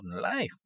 life